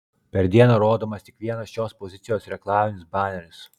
per dieną rodomas tik vienas šios pozicijos reklaminis baneris